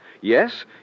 Yes